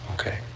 okay